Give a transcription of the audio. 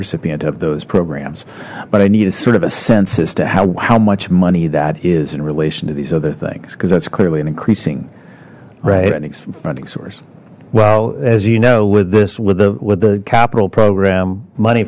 recipient of those programs but i need is sort of a sense as to how much money that is in relation to these other things because that's clearly an increasing right i need some funding source well as you know with this with a with the capital program money